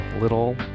little